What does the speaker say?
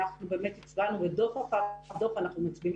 אנחנו באמת הצבענו ודוח אחר דוח אנחנו מצביעים,